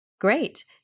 Great